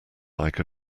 like